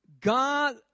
God